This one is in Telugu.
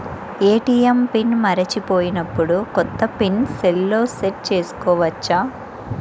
ఏ.టీ.ఎం పిన్ మరచిపోయినప్పుడు, కొత్త పిన్ సెల్లో సెట్ చేసుకోవచ్చా?